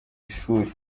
ishuri